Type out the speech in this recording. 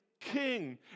king